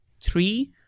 three